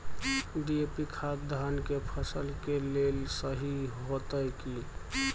DAP खाद धान के फसल के लेल सही होतय की?